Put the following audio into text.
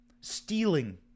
stealing